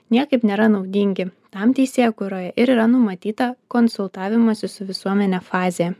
niekaip nėra naudingi tam teisėkūroje ir yra numatyta konsultavimosi su visuomene fazė